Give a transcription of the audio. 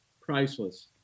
Priceless